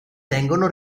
tengono